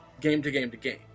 game-to-game-to-game